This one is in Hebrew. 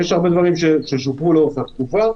יש הרבה דברים ששופרו לאורך התקופה.